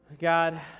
God